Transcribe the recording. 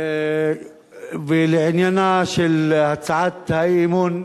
ולעניינה של הצעת האי-אמון,